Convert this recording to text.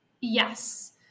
Yes